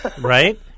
Right